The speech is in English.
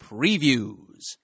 Previews